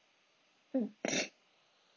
mm